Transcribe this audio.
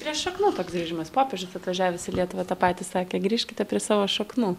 prie šaknų toks grįžimas popiežius atvažiavęs į lietuvą tą patį sakė grįžkite prie savo šaknų